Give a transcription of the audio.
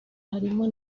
harimo